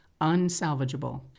unsalvageable